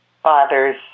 father's